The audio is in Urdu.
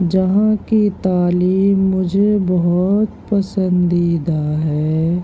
جہاں کی تعلیم مجھے بہت پسندیدہ ہے